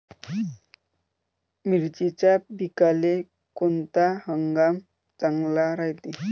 मिर्चीच्या पिकाले कोनता हंगाम चांगला रायते?